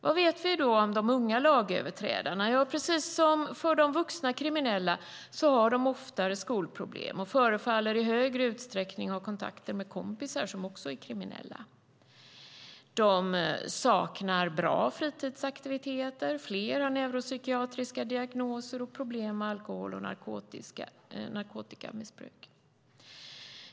Vad vet vi då om de unga lagöverträdarna? Ja, precis som de vuxna kriminella har de oftare skolproblem och förefaller i större utsträckning ha kontakter med kompisar som är kriminella. De saknar bra fritidsaktiviteter. Flera har neuropsykiatriska diagnoser och problem med alkohol och narkotikamissbruk.